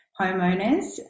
homeowners